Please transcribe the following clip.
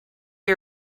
you